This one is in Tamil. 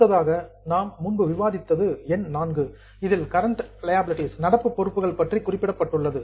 அடுத்ததாக முன்பு நாம் விவாதித்தது என் 4 இதில் கரெண்ட் லியாபிலிடீஸ் நடப்பு பொறுப்புகள் பற்றி குறிப்பிடப்பட்டுள்ளது